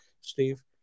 Steve